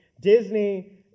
Disney